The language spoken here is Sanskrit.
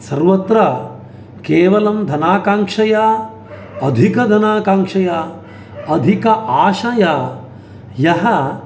सर्वत्र केवलं धनाकाङ्क्षया अधिकधनाकाङ्क्षया अधिक आशया यः